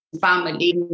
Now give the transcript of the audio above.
family